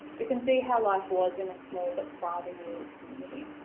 we can see how life was in a small but thriving rural community.